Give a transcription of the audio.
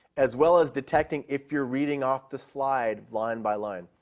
as well as detecting if you're reading off the slide line by line.